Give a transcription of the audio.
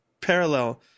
parallel